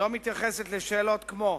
לא מתייחסת לשאלות כמו: